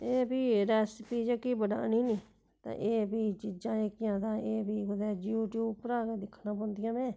एह् फ्ही रैसपी जेह्की बनानी नी ते एह् फ्ही चीजां जेह्कियां तां एह् फ्ही कुतै यूट्यूब उप्परा गै दिक्खना पौंदियां में